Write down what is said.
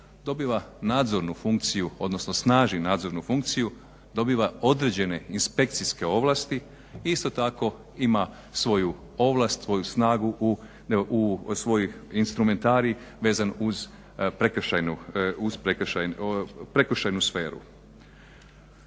Dobiva nadzornu funkciju odnosno snažni nadzornu funkciju, dobiva određene inspekcijske ovlasti i isto tako ima svoju ovlast svoju snagu i svoj instrumentarij vezan uz prekršajnu sferu.